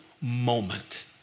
moment